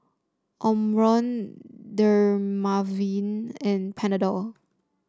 Omron Dermaveen and Panadol